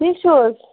ٹھیٖک چھُو حظ